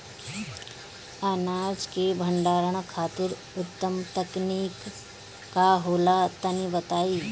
अनाज के भंडारण खातिर उत्तम तकनीक का होला तनी बताई?